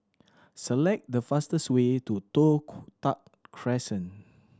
select the fastest way to Toh Tuck Crescent